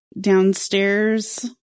downstairs